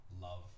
Love